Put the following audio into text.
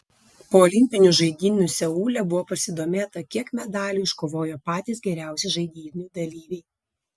po olimpinių žaidynių seule buvo pasidomėta kiek medalių iškovojo patys geriausi žaidynių dalyviai